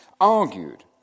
argued